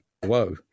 whoa